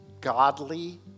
godly